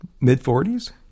mid-40s